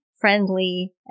friendly